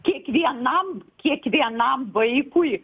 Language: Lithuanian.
kiekvienam kiekvienam vaikui